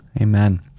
Amen